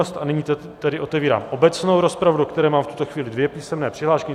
A nyní tedy otevírám obecnou rozpravu, do které mám v tuto chvíli dvě písemné přihlášky.